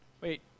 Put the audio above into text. Wait